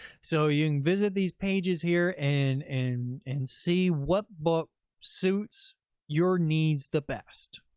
so you can visit these pages here and and and see what book suits your needs the best.